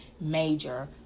major